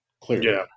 clearly